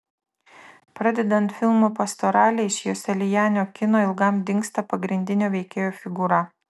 pradedant filmu pastoralė iš joselianio kino ilgam dingsta pagrindinio veikėjo figūra